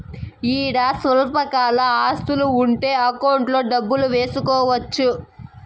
ఈడ స్వల్పకాల ఆస్తులు ఉంటే అకౌంట్లో డబ్బులు వేసుకోవచ్చు